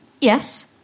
Yes